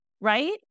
right